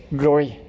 glory